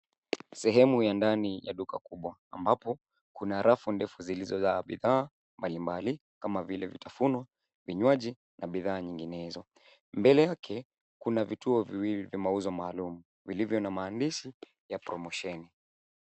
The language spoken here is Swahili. Sehemu ya ndani ya duka kubwa ambapo kuna rafu ndefu zilizojaa bidhaa mbalimbali kama vile vitafunwa, vinywaji na bidhaa nyinginezo. Mbele yake kuna vituo viwili vya mauzo maalum vilivyo na maandishi ya promosheni .